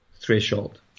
threshold